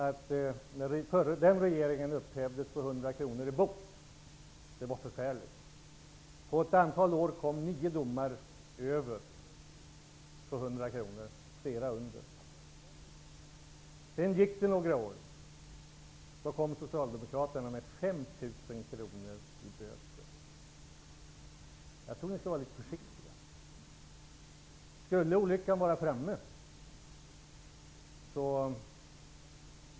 Den tidigare regeringen hade tagit bort bestämmelsen om böter på 100 kr. Det var förfärligt. På ett antal år kom nio domar om böter på belopp över 100 kr och flera på belopp under. Sedan gick det några år, och Jag tror att ni skall vara litet försiktiga.